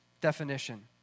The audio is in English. definition